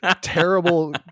terrible